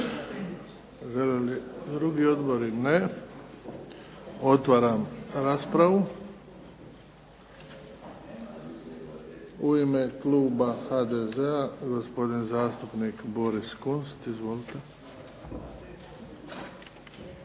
Žele li drugi odbori? Ne. Otvaram raspravu. U ime kluba HDZ-a gospodin zastupnik Boris Kunst. Izvolite.